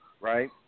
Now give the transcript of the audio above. right